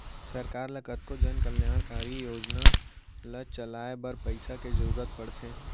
सरकार ल कतको जनकल्यानकारी योजना ल चलाए बर पइसा के जरुरत पड़थे